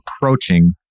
approaching